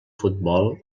futbol